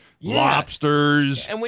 lobsters